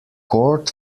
court